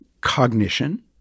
cognition